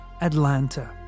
Atlanta